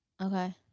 Okay